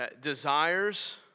Desires